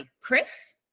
Chris